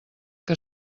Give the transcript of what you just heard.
que